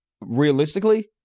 Realistically